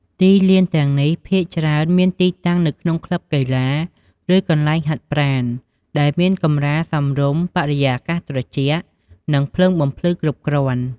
ទីលានទាំងនេះភាគច្រើនមានទីតាំងនៅក្នុងក្លឹបកីឡា ឬកន្លែងហាត់ប្រាណ ដែលមានកម្រាលសមរម្យ បរិយាកាសត្រជាក់ និងភ្លើងបំភ្លឺគ្រប់គ្រាន់។